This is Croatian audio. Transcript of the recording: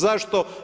Zašto?